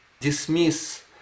dismiss